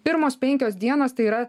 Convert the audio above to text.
pirmos penkios dienos tai yra